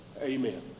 amen